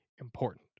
important